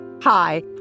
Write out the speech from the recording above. Hi